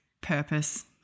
purpose